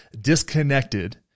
disconnected